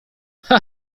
cha